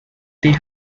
they